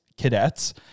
cadets